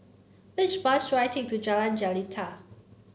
which bus should I take to Jalan Jelita